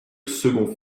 second